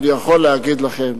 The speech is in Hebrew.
אני יכול להגיד לכם